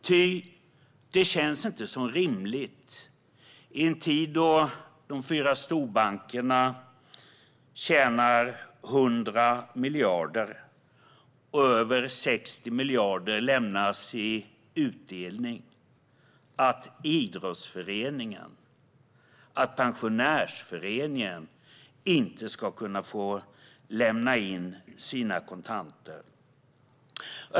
Ty det känns inte rimligt - i en tid då de fyra storbankerna tjänar 100 miljarder och över 60 miljarder lämnas i utdelning - att idrottsföreningar och pensionärsföreningar inte ska kunna få lämna in sina kontanter. Fru talman!